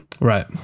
Right